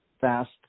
fast